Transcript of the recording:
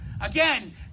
again